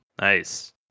Nice